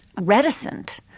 reticent